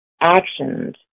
actions